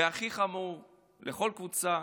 והכי חמור לכל קבוצה,